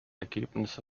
ergebnisse